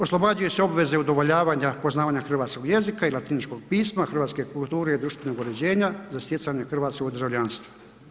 Oslobađaju se obveze udovoljavanja poznavanja hrvatskog jezika i latiničnog pisma, hrvatske kulture i društvenog uređenja za stjecanje hrvatskog državljanstva.